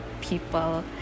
people